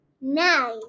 Nine